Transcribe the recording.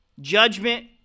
Judgment